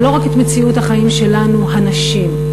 אבל לא רק את מציאות החיים שלנו, הנשים.